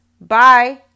Bye